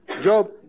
Job